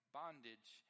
bondage